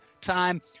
time